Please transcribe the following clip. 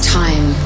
time